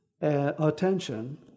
attention